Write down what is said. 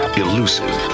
elusive